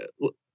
look